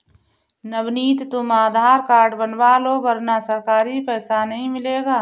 नवनीत तुम आधार कार्ड बनवा लो वरना सरकारी पैसा नहीं मिलेगा